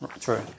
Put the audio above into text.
True